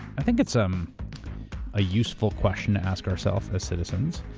i think it's um a useful question to ask ourselves as citizens.